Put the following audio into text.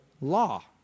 law